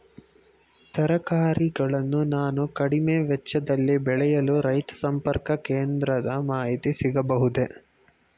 ತರಕಾರಿಗಳನ್ನು ನಾನು ಕಡಿಮೆ ವೆಚ್ಚದಲ್ಲಿ ಬೆಳೆಯಲು ರೈತ ಸಂಪರ್ಕ ಕೇಂದ್ರದ ಮಾಹಿತಿ ಸಿಗಬಹುದೇ?